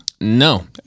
No